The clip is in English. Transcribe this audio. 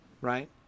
right